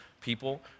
people